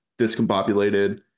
discombobulated